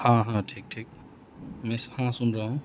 ہاں ہاں ٹھیک ٹھیک میں ہاں سن رہا ہوں